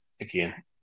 again